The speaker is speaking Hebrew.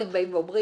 אתם באים ואומרים,